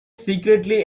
secretly